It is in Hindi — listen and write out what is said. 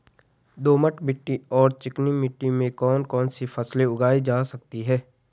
दोमट मिट्टी और चिकनी मिट्टी में कौन कौन सी फसलें उगाई जा सकती हैं?